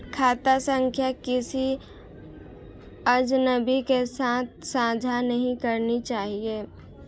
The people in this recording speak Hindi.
खाता संख्या किसी अजनबी के साथ साझा नहीं करनी चाहिए